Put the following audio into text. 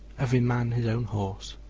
every man his own horse.